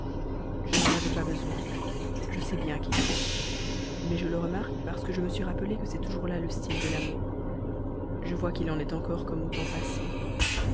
je n'en avais pas besoin je sais bien qui c'est mais je le remarque parce que je me suis rappelée que c'est toujours là le style de l'amour je vois qu'il en est encore comme au temps passé